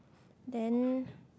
then